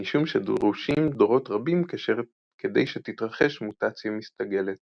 משום שדרושים דורות רבים כדי שתתרחש מוטציה מסתגלת.